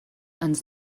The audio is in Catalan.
ens